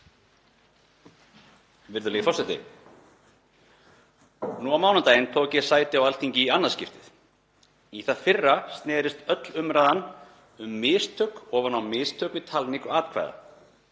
Virðulegi forseti. Nú á mánudaginn tók ég sæti á Alþingi í annað skiptið. Í það fyrra snerist öll umræðan um mistök ofan á mistök við talningu atkvæða.